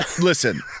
Listen